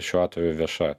šiuo atveju vieša